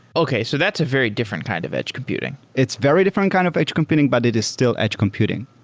okay. so that's a very different kind of edge computing it's very different kind of edge computing, but it is still edge computing.